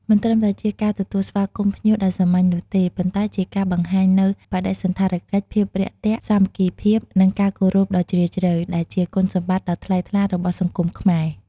មិនត្រឹមតែជាការទទួលស្វាគមន៍ភ្ញៀវដោយសាមញ្ញនោះទេ ប៉ុន្តែជាការបង្ហាញនូវ បដិសណ្ឋារកិច្ច ភាពរាក់ទាក់ សាមគ្គីភាព និងការគោរពដ៏ជ្រាលជ្រៅ ដែលជាគុណតម្លៃដ៏ថ្លៃថ្លារបស់សង្គមខ្មែរ។